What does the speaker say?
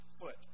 foot